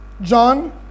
John